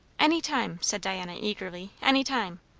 any time, said diana eagerly any time!